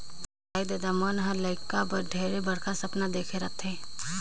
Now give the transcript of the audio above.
दाई ददा मन हर लेइका बर ढेरे बड़खा सपना देखे रथें